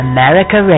America